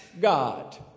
God